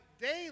daily